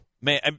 man